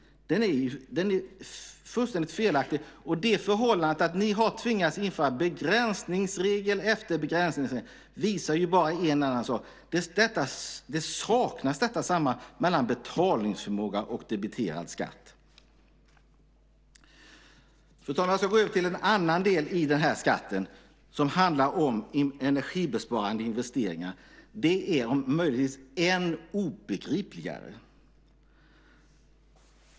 Den är ju fullständigt felaktig. Det förhållandet att ni har tvingats införa begränsningsregel efter begränsningsregel visar bara en enda sak: Sambandet mellan betalningsförmåga och debiterad skatt saknas. Fru talman! Jag ska gå över till en annan del i den här skatten som handlar om energibesparande investeringar. Det är om möjligt än obegripligare.